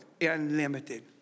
unlimited